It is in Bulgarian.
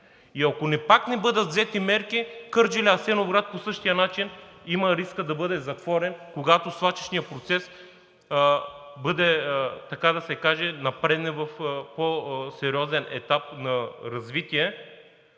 Ако пак не бъдат взети мерки, Кърджали – Асеновград по същия начин има риска да бъде затворен, когато свлачищният процес, така да се каже, напредне в по-сериозен етап на развитие.